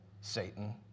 satan